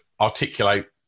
articulate